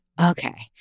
okay